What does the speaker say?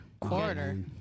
Quarter